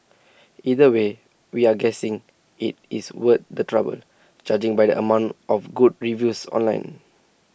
either way we're guessing IT is worth the trouble judging by the amount of good reviews online